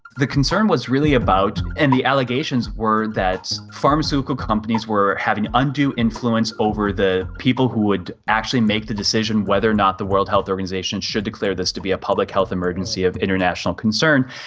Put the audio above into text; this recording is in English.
the concern was really about, and the allegations were that pharmaceutical companies were having undue influence over the people who would actually make the decision whether or not the world health organisation should declare this to be a public health emergency of international concern,